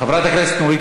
חברת הכנסת נורית